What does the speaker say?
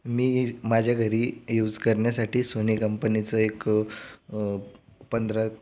मी माझ्या घरी युज करण्यासाठी सोनी कंपनीचं एक पंधरा